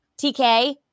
TK